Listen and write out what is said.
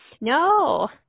No